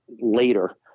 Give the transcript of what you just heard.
later